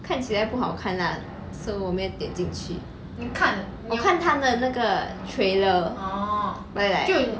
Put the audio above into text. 看起来不好看 lah so 我没点进去我看他的那个 trailer like